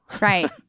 Right